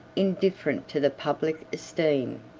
indifferent to the public esteem.